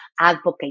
advocate